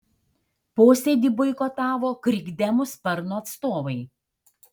posėdį boikotavo krikdemų sparno atstovai